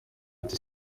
ati